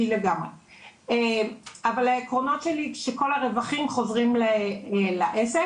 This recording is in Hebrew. אבל העקרונות שלי שכל הרווחים חוזרים לעסק.